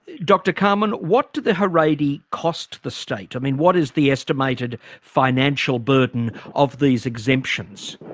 dr carmon, what do the haredi cost the state? i mean, what is the estimated financial burden of these exemptions?